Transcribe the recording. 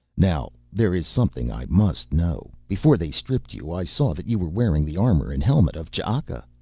now there is something i must know. before they stripped you i saw that you were wearing the armor and helmet of ch'aka.